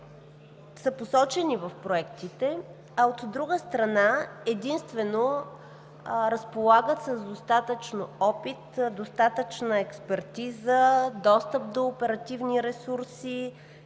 посочени в проектите, а, от друга страна, единствено те разполагат с достатъчно опит, достатъчна експертиза, достъп до оперативни ресурси,